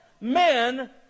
Men